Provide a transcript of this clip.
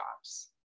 jobs